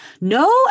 no